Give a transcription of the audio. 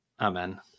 Amen